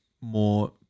more